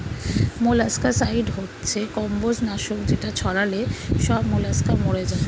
molluscicide হচ্ছে কম্বোজ নাশক যেটা ছড়ালে সব মোলাস্কা মরে যায়